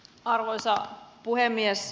arvoisa puhemies